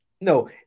No